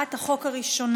הצעת החוק הראשונה,